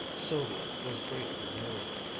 sylvia was greatly moved.